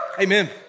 Amen